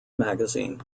magazine